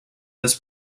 this